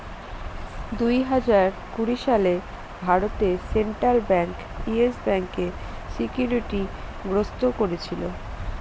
দুই হাজার কুড়ি সালে ভারতে সেন্ট্রাল ব্যাঙ্ক ইয়েস ব্যাঙ্কে সিকিউরিটি গ্রস্ত করেছিল